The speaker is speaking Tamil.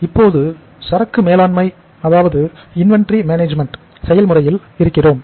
இப்போது சரக்கு மேலாண்மை அதாவது இன்வெண்டரி மேனேஜ்மென்ட் செயல்முறையில் இருக்கிறோம்